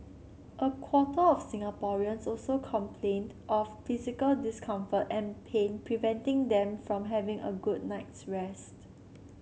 a quarter of Singaporeans also complained of physical discomfort and pain preventing them from having a good night's rest